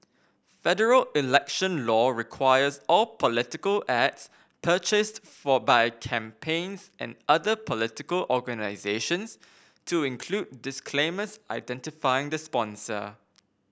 federal election law requires all political ads purchased for by campaigns and other political organisations to include disclaimers identifying the sponsor